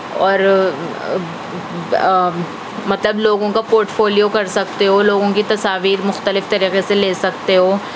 اور مطلب لوگوں کا پورٹ فولیو کر سکتے ہو لوگوں کی تصاویر مختلف طریقے سے لے سکتے ہو